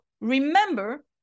remember